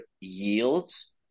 yields